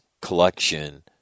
collection